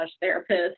therapist